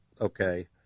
okay